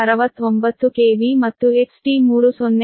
9 69 KV ಮತ್ತು XT3 0